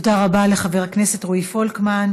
תודה רבה לחבר הכנסת רועי פולקמן.